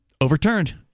overturned